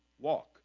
walk